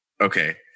Okay